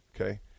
okay